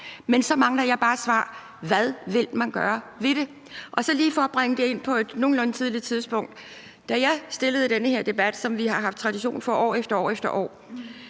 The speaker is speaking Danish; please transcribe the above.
Men så mangler jeg bare svar på: Hvad vil man gøre ved det? Og for lige at bringe det ind på et nogenlunde tidligt tidspunkt vil jeg sige, at da jeg stillede den forespørgsel, som vi har haft tradition for år efter år, var der